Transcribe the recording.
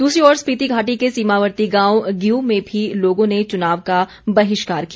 दूसरी ओर स्पीति घाटी के सीमावर्ती गांव ग्यू में भी लोगों ने चुनाव का बहिष्कार किया